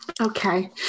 Okay